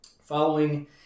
Following